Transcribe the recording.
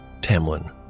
Tamlin